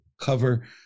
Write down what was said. cover